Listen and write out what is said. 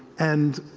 and,